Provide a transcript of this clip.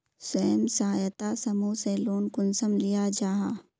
स्वयं सहायता समूह से लोन कुंसम लिया जाहा?